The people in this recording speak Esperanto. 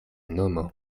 nomo